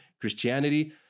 Christianity